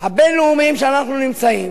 הבין-לאומיים שאנחנו נמצאים,